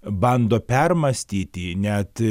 bando permąstyti net